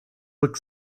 looked